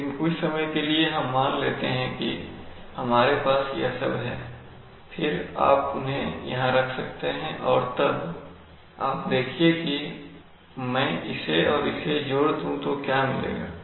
लेकिन कुछ समय के लिए हम मान लेते हैं कि हमारे पास यह सब है फिर आप उन्हें यहां रख सकते हैं और तब आप देखिए मैं इसे और इसे जोड़ दूँ तो मुझे क्या मिलेगा